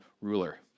ruler